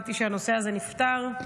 הבנתי שהנושא הזה נפתר,